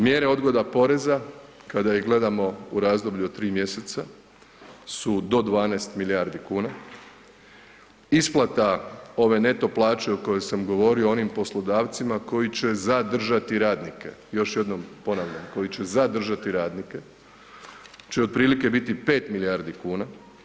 Mjere odgoda poreza kada ih gledamo u razdoblju od 3 mjeseca su do 12 milijardi kuna, isplata ove neto plaće o kojoj sam govorio onim poslodavcima koji će zadržati radnike, još jednom ponavljam koji će zadržati radnike će otprilike biti 5 milijardi kuna.